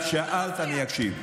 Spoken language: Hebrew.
שאלת, אני אשיב.